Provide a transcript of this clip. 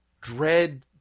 dread